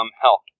help